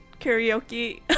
karaoke